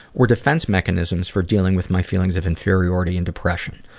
were defense mechanisms for dealing with my feelings of inferiority and depression.